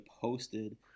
posted